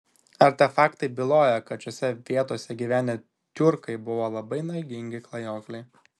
artefaktai byloja kad šiose vietose gyvenę tiurkai buvo labai nagingi klajokliai